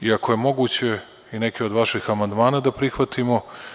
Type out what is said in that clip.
Iako je moguće i neke od vaših amandmana da prihvatimo.